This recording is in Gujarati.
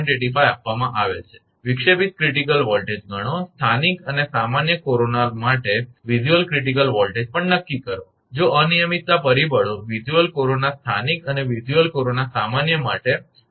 85 આપવામાં આવેલ છે વિક્ષેપિત ક્રિટીકલ વોલ્ટેજ ગણો સ્થાનિક અને સામાન્ય કોરોના માટે વિઝ્યુઅલ ક્રિટિકલ વોલ્ટેજ પણ નક્કી કરો જો અનિયમિતતા પરિબળો વિઝ્યુઅલ કોરોના સ્થાનિક અને વિઝ્યુઅલ કોરોના સામાન્ય માટે અનુક્રમે 0